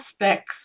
aspects